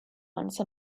once